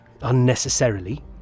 unnecessarily